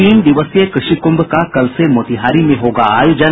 तीन दिवसीय कृषि कुंभ का कल से मोतिहारी में होगा आयोजन